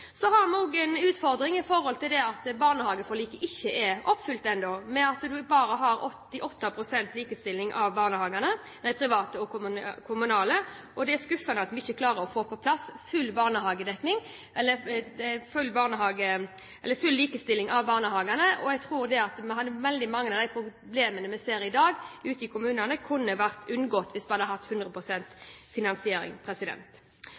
Så har vi også en utfordring med at barnehageforliket ikke er oppfylt ennå, og at en bare har 88 pst. likestilling av de private og de kommunale barnehagene. Det er skuffende at vi ikke klarer å få på plass full likestilling av barnehagene. Jeg tror at veldig mange av de problemene vi ser ute i kommunene i dag, kunne vært unngått hvis vi hadde hatt 100